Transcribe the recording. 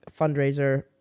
fundraiser